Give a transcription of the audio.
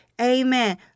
Amen